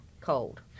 cold